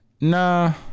Nah